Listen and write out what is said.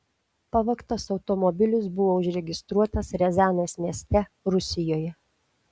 pavogtas automobilis buvo užregistruotas riazanės mieste rusijoje